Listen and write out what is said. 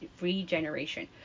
regeneration